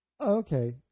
Okay